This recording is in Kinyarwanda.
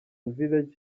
village